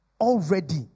already